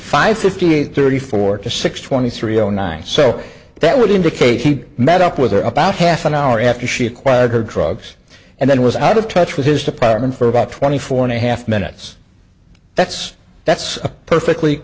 five fifty eight thirty four to six twenty three zero nine so that would indicate he met up with her about half an hour after she acquired her drugs and then was out of touch with his department for about twenty four and a half minutes that's that's a perfectly